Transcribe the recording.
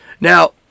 Now